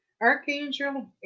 Archangel